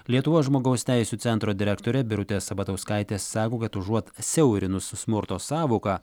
lietuvos žmogaus teisių centro direktorė birutė sabatauskaitė sako kad užuot siaurinus smurto sąvoką